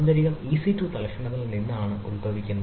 ആന്തരികം EC2 തൽക്ഷണത്തിൽ നിന്നാണ് ഉത്ഭവിക്കുന്നത്